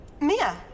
Mia